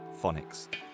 phonics